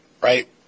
right